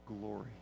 glory